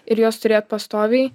ir juos turėt pastoviai